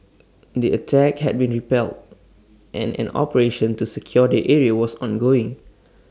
the attack had been repelled and an operation to secure the area was ongoing